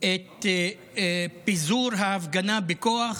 את פיזור ההפגנה בכוח